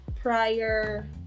prior